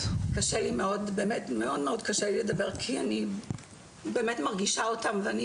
מאוד קשה לי לדבר כי אני באמת מרגישה אותם ואני